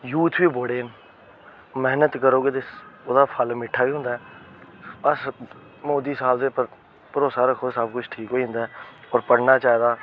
youth बी बड़े न मेह्नत करो गै ते ओहदा फल मिट्ठा गै होंदा ऐ अस मोदी सहाब दे प्रति भरोसा रक्खो सब कुछ ठीक होई जंदा ऐ होर पढ़ना चाहिदा